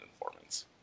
informants